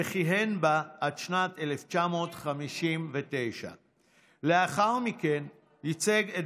וכיהן בה עד שנת 1959. לאחר מכן ייצג את